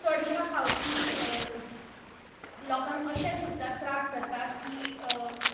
चडश्या फावटीं लोकांक अशें सुद्दां त्रास जाता की